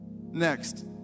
next